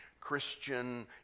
Christian